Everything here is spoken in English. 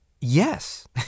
Yes